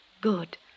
good